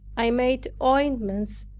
i made ointments,